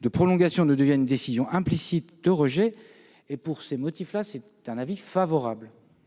de prolongation ne devienne une décision implicite de rejet. En conséquence, l'avis est favorable.